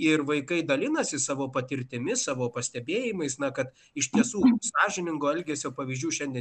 ir vaikai dalinasi savo patirtimis savo pastebėjimais na kad iš tiesų sąžiningo elgesio pavyzdžių šiandien